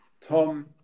Tom